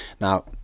Now